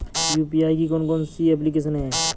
UPI की कौन कौन सी एप्लिकेशन हैं?